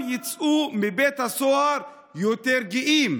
כולם יצאו בבית הסוהר יותר גאים.